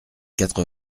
quatre